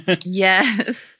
yes